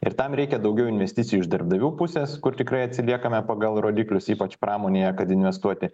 ir tam reikia daugiau investicijų iš darbdavių pusės kur tikrai atsiliekame pagal rodiklius ypač pramonėje kad investuoti